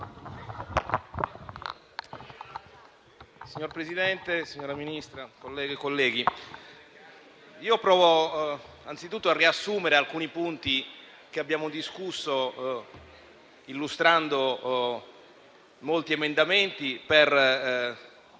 Signor Presidente, signora Ministra, colleghe e colleghi, io provo anzitutto a riassumere alcuni punti che abbiamo discusso, illustrando molti emendamenti, per